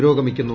പുരോഗമിക്കുന്നു